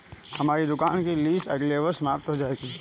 हमारी दुकान की लीस अगले वर्ष समाप्त हो जाएगी